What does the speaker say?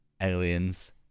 aliens